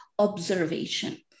observation